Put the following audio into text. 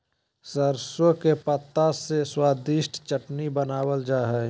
सरसों के पत्ता से स्वादिष्ट चटनी बनावल जा हइ